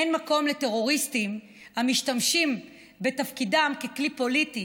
אין מקום לטרוריסטים המשתמשים בתפקידם ככלי פוליטי